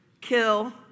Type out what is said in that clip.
kill